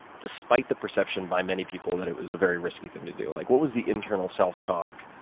despite the perception by many people that it was a very risky thing to do? like what was the internal self-talk?